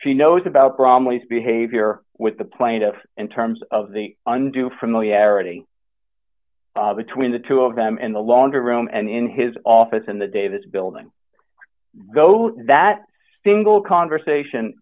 she knows about prom lease behavior with the plaintiff in terms of the un do familiarity between the two of them in the laundry room and in his office in the davis building go to that single conversation